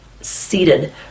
seated